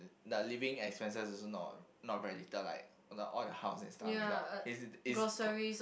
the living expenses also not not very little like you know all the house and stuff it's not is is q~